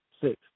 Six